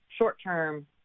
short-term